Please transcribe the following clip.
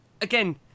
again